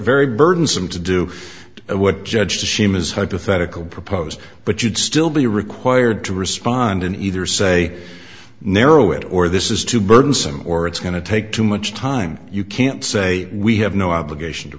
very burdensome to do what judge the shame is hypothetical propose but you'd still be required to respond in either say narrow it or this is too burdensome or it's going to take too much time you can't say we have